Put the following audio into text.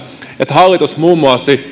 hallitus muun muassa